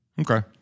Okay